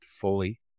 fully